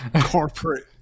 Corporate